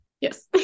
Yes